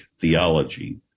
theology